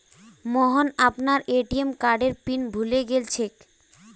मोहन अपनार ए.टी.एम कार्डेर पिन भूले गेलछेक